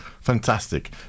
Fantastic